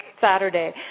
Saturday